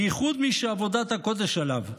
בייחוד מי שעבודת הקודש עליו.